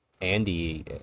andy